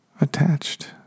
attached